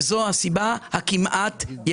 וזו הסיבה היחידה כמעט.